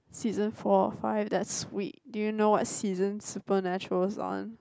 season four or five that's weak do you know what season Supernatural's on